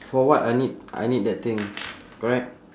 for what I need I need that thing correct